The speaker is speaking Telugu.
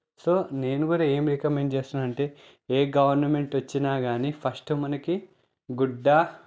సో నేను కూడా ఏమి రికమెండ్ చేస్తున్నాను అంటే ఏ గవర్నమెంట్ వచ్చినా కానీ ఫస్ట్ మనకు గుడ్డ